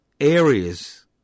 areas